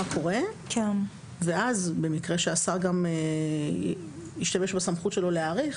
קורה ואז במקרה שהשר גם ישתמש בסמכות שלו להאריך,